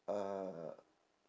uh